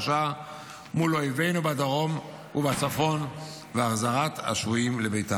מול אויבינו בדרום ובצפון והחזרת השבויים לביתם.